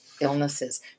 illnesses